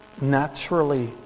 naturally